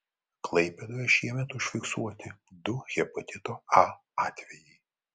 klaipėdoje šiemet užfiksuoti du hepatito a atvejai